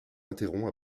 interrompt